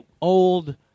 old